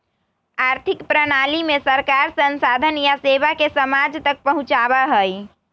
आर्थिक प्रणाली में सरकार संसाधन या सेवा के समाज तक पहुंचावा हई